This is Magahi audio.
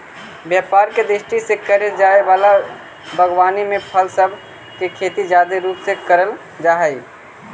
व्यापार के दृष्टि से करे जाए वला बागवानी में फल सब के खेती जादे रूप से कयल जा हई